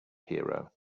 hero